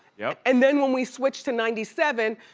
yeah and then when we switched to ninety seven,